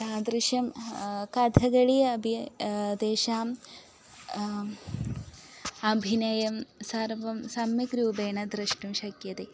तादृशं कथक्कलि अपि तेषाम् अभिनयं सर्वं सम्यक् रूपेण द्रष्टुं शक्यते